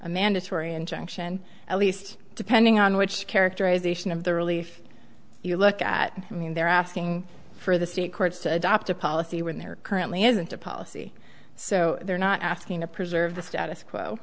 a mandatory injunction at least depending on which characterization of the relief you look at mean they're asking for the state courts to adopt a policy when they're currently isn't a policy so they're not asking to preserve the status quo